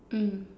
mm